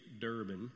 Durbin